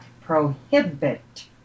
prohibit